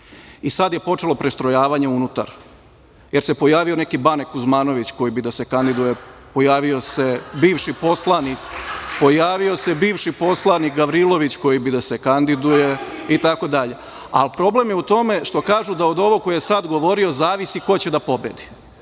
Sada je počelo prestrojavanje unutar, jer se pojavio neki Bane Kuzmanović koji bi da se kandiduje, pojavio se bivši poslanik Gavrilović koji bi da se kandiduje, itd. Ali, problem je u tome što kažu da od ovog koji je sada govorio zavisi ko će da pobedi.